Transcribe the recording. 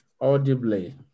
audibly